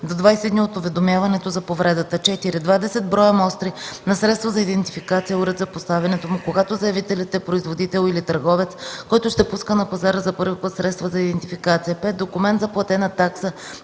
до 20 дни от уведомяването за повредата; 4. двадесет броя мостри на средството за идентификация и уред за поставянето му – когато заявителят е производител или търговец, който ще пуска на пазара за първи път средства за идентификация; 5. документ за платена такса